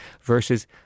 versus